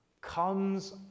comes